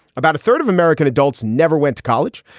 about a third of american adults never went to college.